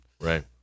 Right